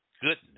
Goodness